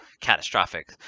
catastrophic